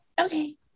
Okay